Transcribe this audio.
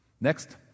Next